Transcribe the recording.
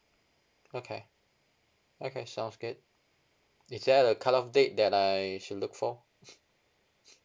okay okay sounds good is there a cut off date that I should look for